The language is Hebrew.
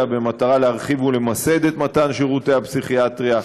במטרה להרחיב ולמסד את מתן שירותי הפסיכיאטריה.